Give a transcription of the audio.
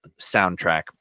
soundtrack